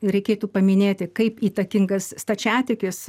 reikėtų paminėti kaip įtakingas stačiatikis